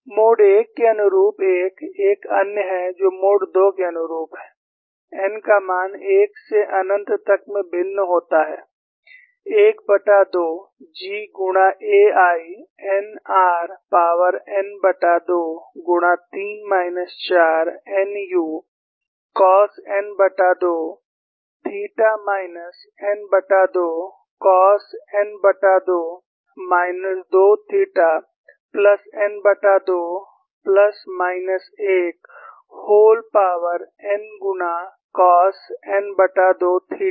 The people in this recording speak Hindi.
मोड 1 के अनुरूप एक एक अन्य है जो मोड 2 के अनुरूप है n का मान 1 से अनन्त तक में भिन्न होता है 12 G गुणा A I n r power n2 गुणा 3 माइनस चार nu cos n2 theta minus n2 cos n2 minus 2 theta plus n2 plus minus 1 whole power n गुणा कास n2 थीटा